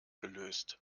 gelöst